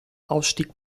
ausstieg